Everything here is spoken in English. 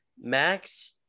Max